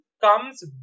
comes